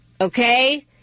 okay